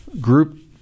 group